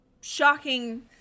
shocking